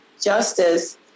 Justice